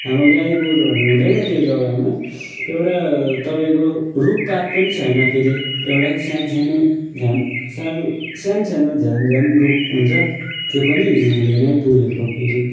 हाम्रो गाईगोरूहरू हुँदैन त्यो जग्गामा एउटा तपाईँको रुखपात पनि छैन फेरि एउटा सानो सानो झ्याम् सारु सानो सानो झ्यामझ्याम रुख हुन्छ त्यो पनि हिउँले नै पुरेको फेरि